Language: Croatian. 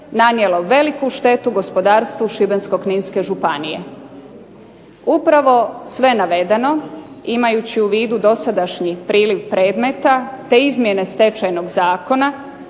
nanijelo veliku štetu gospodarstvu Šibensko-kninske županije. Upravo sve navedeno imajući u vidu dosadašnji priliv predmeta, te izmjene Stečajnog zakona